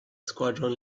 squadron